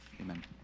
amen